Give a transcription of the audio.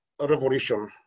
revolution